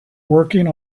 working